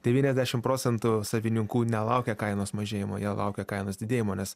devyniasdešim procentų savininkų nelaukia kainos mažėjimo jie laukia kainos didėjimo nes